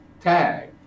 tag